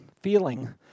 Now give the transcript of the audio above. feeling